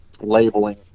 labeling